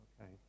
Okay